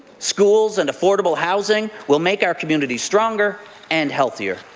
schoolses and affordable housing will make our community stronger and healthier